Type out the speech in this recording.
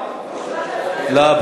אדוני היושב-ראש, להוסיף אותי בעד.